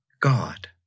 God